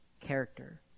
character